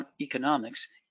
economics